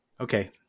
okay